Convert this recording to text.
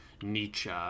Nietzsche